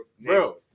Bro